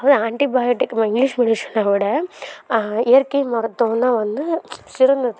அதுவும் ஆண்ட்டிபயாட்டிக் மெ இங்கிலீஷ் மெடிஷனை விட இயற்கை மருத்துவம் தான் வந்து சிறந்தது